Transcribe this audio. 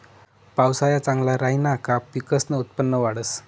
पावसाया चांगला राहिना का पिकसनं उत्पन्न वाढंस